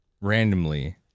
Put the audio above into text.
randomly